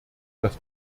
das